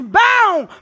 bound